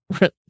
right